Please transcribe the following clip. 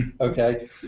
Okay